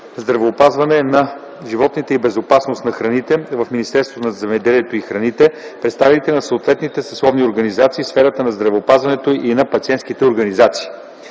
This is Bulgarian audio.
„Здравеопазване на животните и безопасност на храните” в Министерство на земеделието и храните, представители на съответните съсловни организации в сферата на здравеопазването и на пациентските организации.